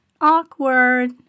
Awkward